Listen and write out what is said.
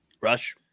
Rush